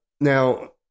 now